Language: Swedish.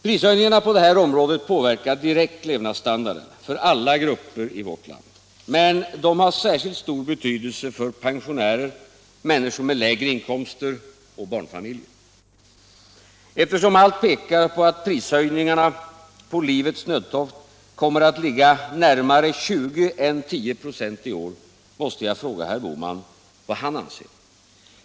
Prishöjningarna på det här området påverkar direkt levnadsstandarden för alla grupper i vårt land, men de har särskilt stor betydelse för pensionärer, för människor med lägre inkomster och för barnfamiljer. Eftersom allt pekar på att prishöjningarna på livets nödtorft kommer att ligga närmare 20 än 10 96 i år måste jag fråga herr Bohman vad han anser.